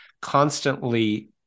constantly